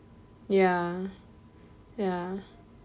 ya ya